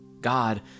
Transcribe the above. God